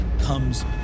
comes